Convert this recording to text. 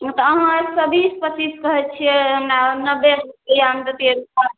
उ तऽ अहाँ एक से बीस पचीस कहै छियै हमरा नब्बे रुपैआमे देतियै तऽ